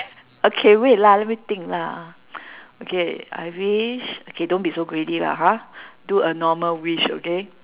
okay wait lah let me think lah okay I wish okay don't be so greedy lah ha do a normal wish okay